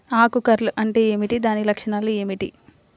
ఆకు కర్ల్ అంటే ఏమిటి? దాని లక్షణాలు ఏమిటి?